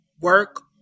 Work